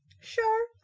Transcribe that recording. sure